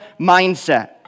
mindset